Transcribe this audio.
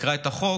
תקרא את החוק.